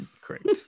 Correct